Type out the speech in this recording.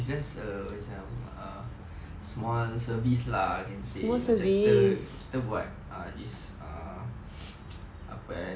it's just a macam err small service lah can say macam kita kita buat err this err apa eh